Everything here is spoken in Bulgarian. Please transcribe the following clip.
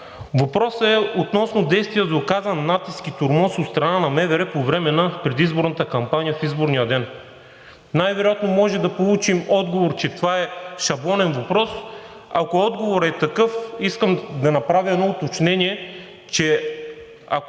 Въпросът е относно действия за оказан натиск и тормоз от страна на МВР по време на предизборната кампания в изборния ден. Най-вероятно може да получим отговор, че това е шаблонен въпрос. Ако отговорът е такъв, искам да направя едно уточнение. Ако